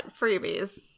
freebies